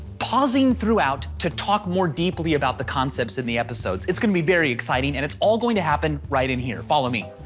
pausing throughout to talk more deeply about the concepts in the episodes, it's gonna be very exciting, and it's all going to happen right in here, follow me.